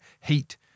heat